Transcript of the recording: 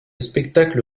spectacle